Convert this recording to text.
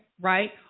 right